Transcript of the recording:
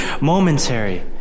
momentary